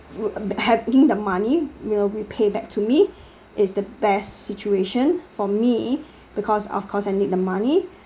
w~ having the money you know repay back to me is the best situation for me because of course I need the money